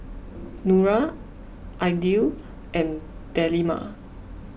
Nura Aidil and Delima